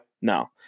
No